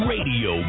Radio